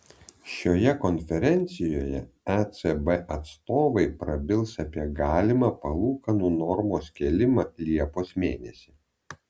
šioje konferencijoje ecb atstovai prabils apie galimą palūkanų normos kėlimą liepos mėnesį